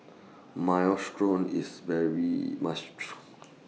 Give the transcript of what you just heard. Minestrone IS very must Try